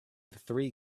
three